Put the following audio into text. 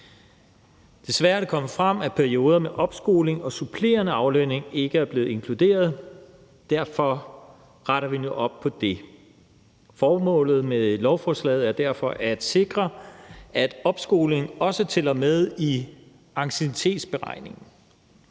Desværre er det kommet frem, at perioder med opskoling og supplerende aflønning ikke er blevet inkluderet. Derfor retter vi nu op på det. Formålet med lovforslaget er derfor at sikre, at opskoling også tæller med i anciennitetsberegningen.